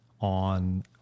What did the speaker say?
on